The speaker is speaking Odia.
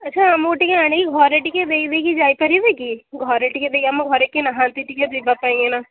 ଆଚ୍ଛା ଆମକୁ ଟିକେ ଆଣିକି ଘରେ ଟିକେ ଦେଇ ଦେଇକି ଯାଇପାରିବେ କି ଘରେ ଟିକେ ଆମ ଘରେ କେହିନାହାଁନ୍ତି ଟିକେ ଯିବା ପାଇଁ ଏଇନା